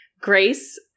Grace